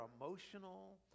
emotional